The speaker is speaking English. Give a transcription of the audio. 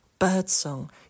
birdsong